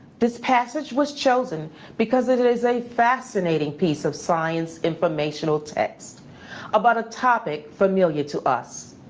this passage was chosen because it it is a fascinating piece of science informational text about a topic familiar to us.